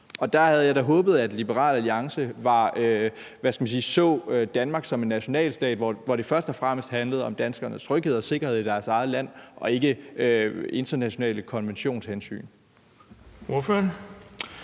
Der havde jeg da håbet, at Liberal Alliance – hvad skal man sige – så Danmark som en nationalstat, hvor det først og fremmest handlede om danskernes tryghed og sikkerhed i deres eget land og ikke internationale konventionshensyn.